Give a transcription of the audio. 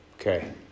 Okay